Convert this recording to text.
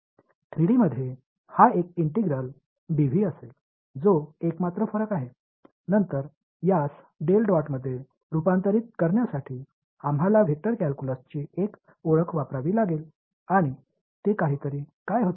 3 D मध्ये हा एक इंटिग्रल डीव्ही असेल जो एकमात्र फरक आहे नंतर यास डेल डॉटमध्ये रुपांतरित करण्यासाठी आम्हाला वेक्टर कॅल्क्युलसची एक ओळख वापरावी लागेल आणि ते काहीतरी काय होते